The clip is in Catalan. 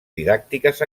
didàctiques